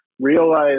realize